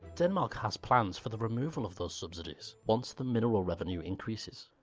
denmark has plans for the removal of the subsidies, once the mineral revenue increases.